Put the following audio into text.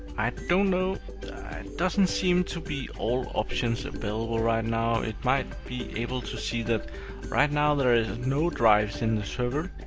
i don't know. it doesn't seem to be all options available right now. it might be able to see that right now there is no drives in the server,